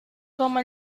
como